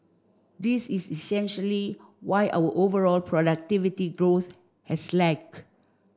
this is essentially why our overall productivity growth has lag